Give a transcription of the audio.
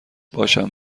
باشم